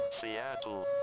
Seattle